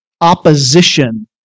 opposition